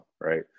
right